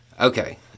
Okay